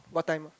what time